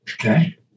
okay